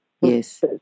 yes